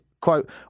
quote